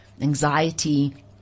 anxiety